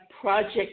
project